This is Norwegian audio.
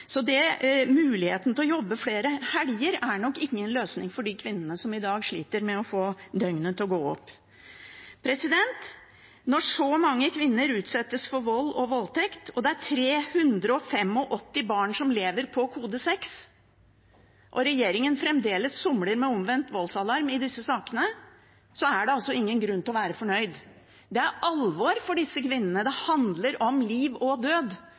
Muligheten til å jobbe flere helger er nok ingen løsning for de kvinnene som i dag sliter med å få døgnet til å gå opp. Når så mange kvinner utsettes for vold og voldtekt, og det er 385 barn som lever på kode 6 og regjeringen fremdeles somler med omvendt voldsalarm i disse sakene, er det ingen grunn til å være fornøyd. Det er alvor for disse kvinnene. Det handler om liv og død,